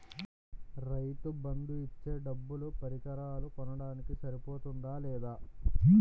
రైతు బందు ఇచ్చే డబ్బులు పరికరాలు కొనడానికి సరిపోతుందా లేదా?